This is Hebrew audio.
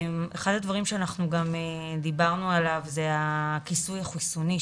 דיברנו על הכיסוי החיסוני,